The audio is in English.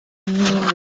mean